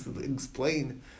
explain